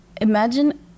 imagine